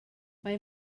mae